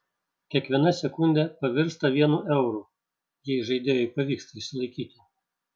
kiekviena sekundė pavirsta vienu euru jei žaidėjui pavyksta išsilaikyti